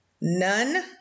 none